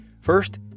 First